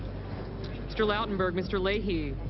mr. lautenberg, mr. leahy.